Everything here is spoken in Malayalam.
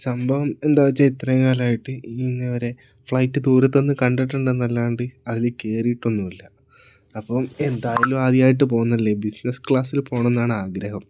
സംഭവം എന്താന്ന് വെച്ച് കഴിഞ്ഞാൽ ഇത്രയും കാലമായിട്ട് ഇന്നേവരെ ഫ്ലൈറ്റ് ദൂരത്ത് നിന്ന് കണ്ടിട്ടുണ്ടെന്നല്ലാണ്ട് അതില് കയറിയിട്ടൊന്നുമില്ല അപ്പം എന്തായാലും ആദ്യമായിട്ട് പോകുന്നതല്ലേ ബിസിനസ് ക്ലാസ്സില് പോകണമെന്നാണ് ആഗ്രഹം